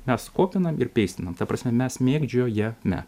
mes kopinam ir peistinam ta prasme mes mėgdžiojame